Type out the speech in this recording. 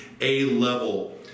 A-level